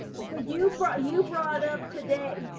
you brought you brought up today,